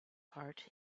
heart